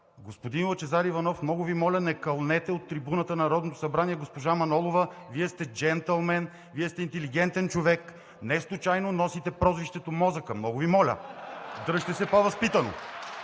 Господин Лъчезар Иванов, много Ви моля не кълнете от трибуната на Народното събрание госпожа Манолова. Вие сте джентълмен, Вие сте интелигентен човек. Неслучайно носите прозвището „Мозъка“, много Ви моля! (Смях и ръкопляскания